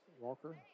Walker